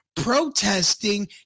protesting